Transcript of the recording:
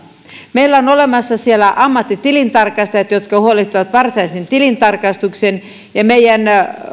meillä on olemassa siellä ammattitilintarkastajat jotka huolehtivat varsinaisen tilintarkastuksen ja meidän